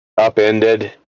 upended